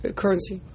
currency